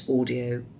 audio